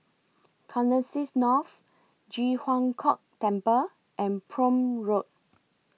Connexis North Ji Huang Kok Temple and Prome Road